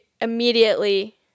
immediately